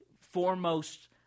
foremost